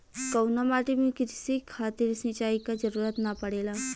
कउना माटी में क़ृषि खातिर सिंचाई क जरूरत ना पड़ेला?